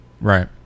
Right